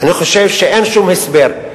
אני חושב שאין שום הסבר.